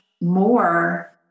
more